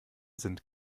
sind